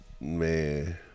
man